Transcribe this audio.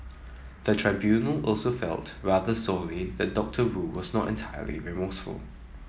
the tribunal also felt rather sorely that Doctor Wu was not entirely remorseful